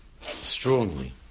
strongly